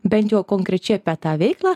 bent jau konkrečiai apie tą veiklą